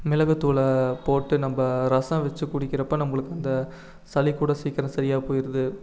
மிளகுத்தூளை போட்டு நம்ம ரசம் வச்சு குடிக்கிறப்போ நம்மளுக்கு அந்த சளிக்கூட சீக்கிரம் சரியாக போயிடுது